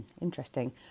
interesting